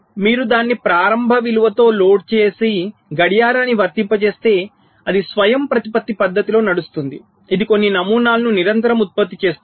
మీరు దాన్ని ప్రారంభ విలువతో లోడ్ చేసి గడియారాన్ని వర్తింపజేస్తే అది స్వయంప్రతిపత్తి పద్ధతిలో నడుస్తుంది ఇది కొన్ని నమూనాలను నిరంతరం ఉత్పత్తి చేస్తుంది